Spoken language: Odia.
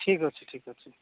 ଠିକ୍ ଅଛି ଠିକ ଅଛି